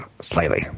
slightly